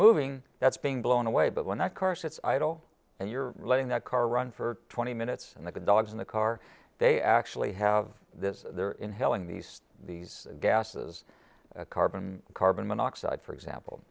removing that's being blown away but when that car sits idle and you're letting the car run for twenty minutes and the dogs in the car they actually have their inhaling these these gases carbon carbon monoxide for example